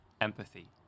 empathy